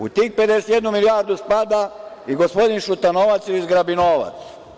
U tih 51 milijardu spada i gospodin Šutanovac ili zgrabi novac.